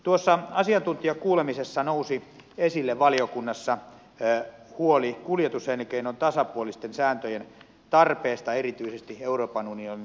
tuossa asiantuntijakuulemisessa nousi esille valiokunnassa huoli kuljetuselinkeinon tasapuolisten sääntöjen tarpeesta erityisesti euroopan unionin alueella